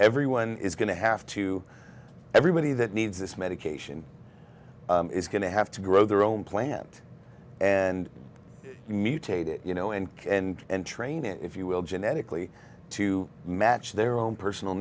everyone is going to have to everybody that needs this medication is going to have to grow their own plant and mutate it you know and and and train it if you will genetically to match their own personal